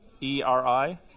E-R-I